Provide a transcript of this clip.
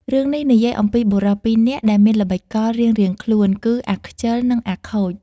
រឿងនេះនិយាយអំពីបុរសពីរនាក់ដែលមានល្បិចកលរៀងៗខ្លួន គឺ អាខិល និង អាខូច។